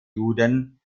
juden